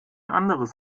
anderes